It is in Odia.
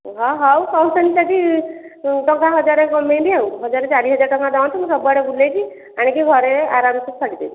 ହଁ ହଉ କହୁଛନ୍ତି ଯଦି ଟଙ୍କା ହଜାରେ କମେଇବି ଆଉ ହଜାରେ ଚାରି ହଜାର ଟଙ୍କା ଦିଅନ୍ତୁ ମୁଁ ସବୁଆଡ଼େ ବୁଲେଇକି ଆଣିକି ଘରେ ଆରାମସେ ଛାଡ଼ିଦେବି